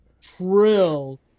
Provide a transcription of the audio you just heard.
trill